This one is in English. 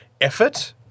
effort